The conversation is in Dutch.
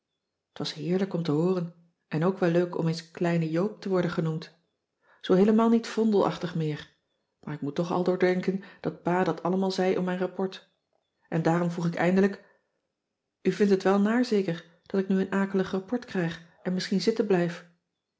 t was heerlijk om te hooren en ook wel leuk om eens kleine joop te worden genoemd zoo heelemaal niet vondelachtig meer maar ik moest toch aldoor denken dat pa dat allemaal zei om mijn rapport en daarom vroeg ik eindelijk u vindt het wel naar zeker dat ik nu een akelig rapport krijg en misschien zitten blijf